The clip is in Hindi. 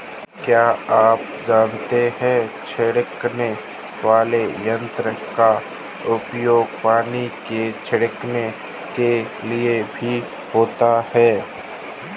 क्या आप जानते है छिड़कने वाले यंत्र का उपयोग पानी छिड़कने के लिए भी होता है?